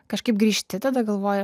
kažkaip grįžti tada galvoji